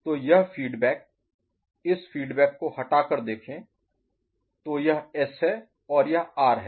तो यह फीडबैक इस फीडबैक को हटा कर देखें तो यह एस है और यह आर है